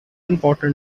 important